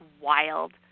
wild